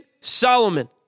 Solomon